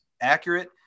accurate